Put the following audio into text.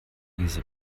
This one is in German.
diese